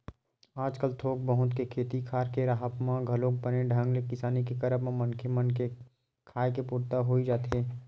आजकल थोक बहुत के खेती खार के राहत म घलोक बने ढंग ले किसानी के करब म मनखे मन के खाय के पुरता होई जाथे